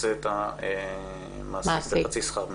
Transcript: תפצה את המעסיק בחצי שכר מינימום.